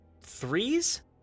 threes